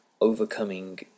overcoming